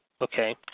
Okay